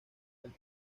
del